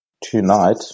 tonight